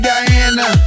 Diana